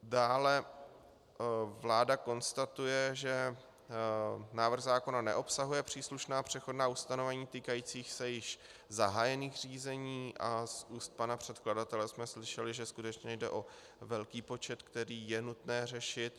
Dále vláda konstatuje, že návrh zákona neobsahuje příslušná přechodná ustanovení týkající se již zahájených řízení, a z úst pana předkladatele jsme slyšeli, že skutečně jde o velký počet, který je nutné řešit.